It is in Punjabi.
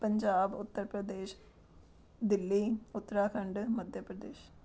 ਪੰਜਾਬ ਉੱਤਰ ਪ੍ਰਦੇਸ਼ ਦਿੱਲੀ ਉੱਤਰਾਖੰਡ ਮੱਧ ਪ੍ਰਦੇਸ਼